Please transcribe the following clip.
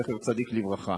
זכר צדיק לברכה.